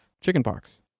chickenpox